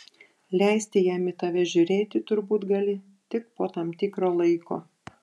leisti jam į tave žiūrėti turbūt gali tik po tam tikro laiko